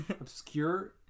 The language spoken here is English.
Obscure